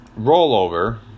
rollover